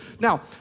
Now